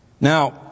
Now